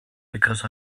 because